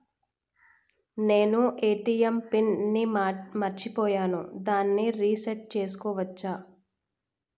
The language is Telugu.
నేను ఏ.టి.ఎం పిన్ ని మరచిపోయాను దాన్ని రీ సెట్ చేసుకోవచ్చా?